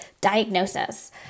diagnosis